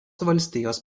valstijos